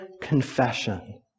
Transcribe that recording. confession